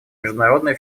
международные